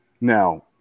now